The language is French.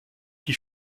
qui